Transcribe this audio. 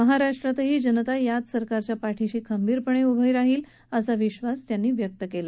महाराष्ट्रातही जनता याच सरकारच्या पाठीशी खंबीरपणे उभी राहील असा विश्वास त्यांनी व्यक्त केला